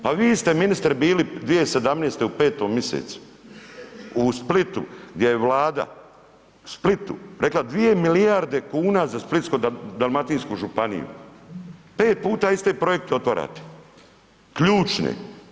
Pa vi ste ministre bili 2017. u 5. misecu u Splitu gdje je Vlada u Splitu rekla 2 milijarde kuna za Splitsko-dalmatinsku županiju, 5 puta iste projekte otvarate, ključne.